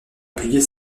publier